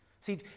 See